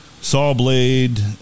Sawblade